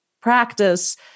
practice